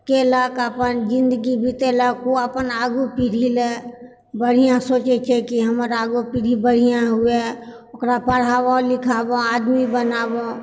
केलक अपन जिन्दगी बितेलक ओ अपन आगू पीढ़ीलऽ बढ़िआँ सोचैत छै कि हमर आगू पीढ़ी बढ़िआँ हुअ ओकरा पढ़ाब लिखाबऽ आदमी बनाबऽ